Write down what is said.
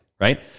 Right